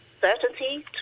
certainty